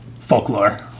folklore